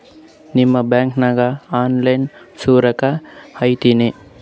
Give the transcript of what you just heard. ನಿಮ್ಮ ಬ್ಯಾಂಕನಾಗ online ಸೌಕರ್ಯ ಐತೇನ್ರಿ?